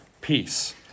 peace